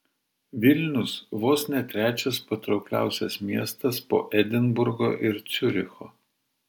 vilnius vos ne trečias patraukliausias miestas po edinburgo ir ciuricho